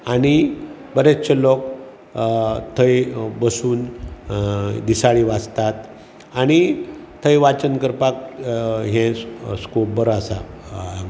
आनी बरचशें लोक थंय बसून दिसाळीं वाचतात आनी थंय वाचन करपाक हे स्कोप बरो आसा आमकां